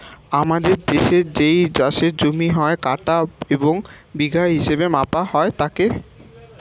আমাদের দেশের যেই চাষের জমি হয়, কাঠা এবং বিঘা হিসেবে মাপা হয় তাকে